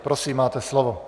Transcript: Prosím, máte slovo.